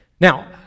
Now